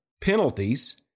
penalties